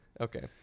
okay